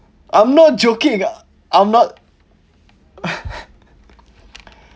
I'm not joking I'm not